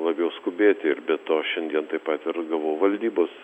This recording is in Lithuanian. labiau skubėti ir be to šiandien taip pat ir gavau valdybos